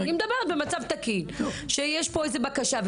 אני מדברת במצב תקין כשיש פה בקשה,